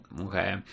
Okay